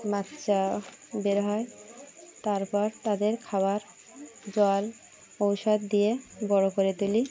বাচ্চা বের হয় তারপর তাদের খাবার জল ওষুধ দিয়ে বড় করে তুলি